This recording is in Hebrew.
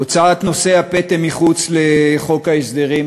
הוצאת נושא הפטם מחוץ לחוק ההסדרים,